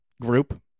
group